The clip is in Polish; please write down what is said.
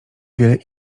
wiele